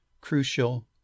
crucial